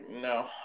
no